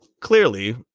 Clearly